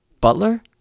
butler